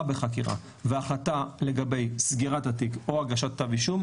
בחקירה וההחלטה לגבי סגירת התיק או הגשת כתב אישום,